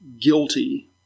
guilty